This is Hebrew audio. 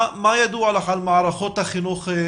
מה ידוע לך על מערכות החינוך בעולם?